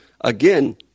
again